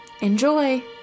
Enjoy